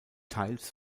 teils